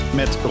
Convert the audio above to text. met